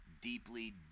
deeply